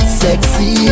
sexy